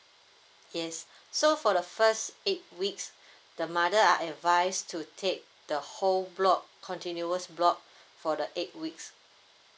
yes so for the first eight weeks the mother are advised to take the whole block continuous block for the eight weeks